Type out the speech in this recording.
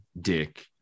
Dick